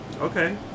Okay